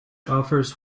offers